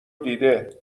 دیده